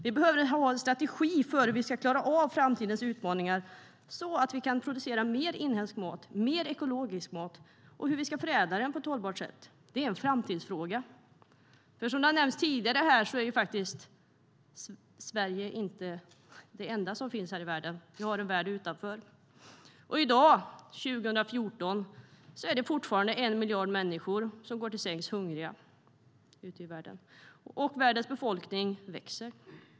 Vi behöver ha en strategi för hur vi ska klara av framtidens utmaningar, så att vi kan producera mer inhemsk mat och mer ekologisk mat och förädla den på ett hållbart sätt. Det är en framtidsfråga. Som har nämnts tidigare är Sverige inte det enda som finns här i världen. Det finns en värld utanför. Och i dag, 2014, är det fortfarande en miljard människor som går till sängs hungriga ute i världen. Världens befolkning växer.